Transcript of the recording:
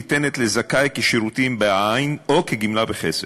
גמלת הסיעוד ניתנת לזכאי כשירותים בעין או כגמלה בכסף,